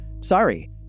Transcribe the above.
sorry